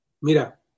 Mira